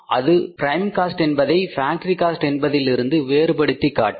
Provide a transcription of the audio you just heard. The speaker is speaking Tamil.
அது பிரைம் காஸ்ட் என்பதை ஃபேக்டரி காஸ்ட் என்பதில் இருந்து வேறுபடுத்திக் காட்டும்